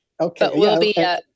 Okay